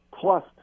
Plus